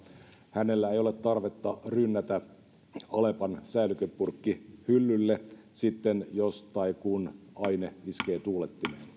hänellä ei ole tarvetta rynnätä alepan säilykepurkkihyllylle sitten jos tai kun aine iskee tuulettimeen